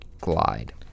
glide